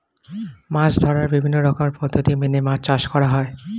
মাছ ধরার বিভিন্ন রকমের পদ্ধতি মেনে মাছ চাষ করা হয়